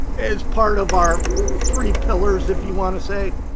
as part of our three pillars if you want to say,